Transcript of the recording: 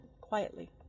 quietly